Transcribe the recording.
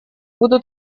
были